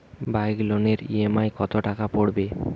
Bike লোনের EMI কত টাকা পড়বে?